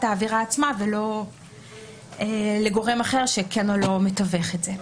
העבירה עצמה ולא לגורם אחר שכן או לא מתווך את זה.